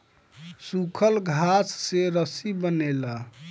सूखल घास से रस्सी बनेला